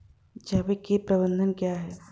जैविक कीट प्रबंधन क्या है?